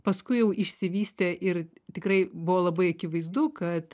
paskui jau išsivystė ir tikrai buvo labai akivaizdu kad